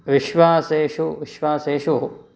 विश्वासेषु विश्वासेषु